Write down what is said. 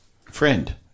Friend